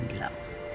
love